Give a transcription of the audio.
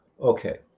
Okay